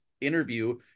interview